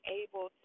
able